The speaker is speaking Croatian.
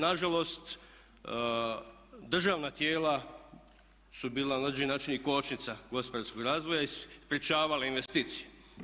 Nažalost državna tijela su bila na određeni i kočnica gospodarskog razvoja i sprječavala investicije.